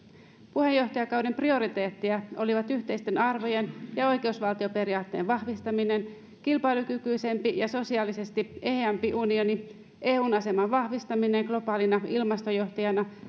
puheenjohtajakauden prioriteetteja olivat yhteisten arvojen ja ja oikeusvaltioperiaatteen vahvistaminen kilpailukykyisempi ja sosiaalisesti eheämpi unioni eun aseman vahvistaminen globaalina ilmastojohtajana